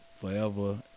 forever